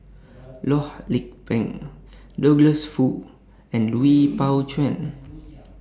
Loh Lik Peng Douglas Foo and Lui Pao Chuen